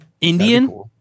Indian